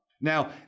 Now